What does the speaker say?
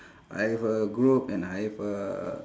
I have a group and I have a